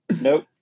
Nope